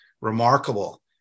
remarkable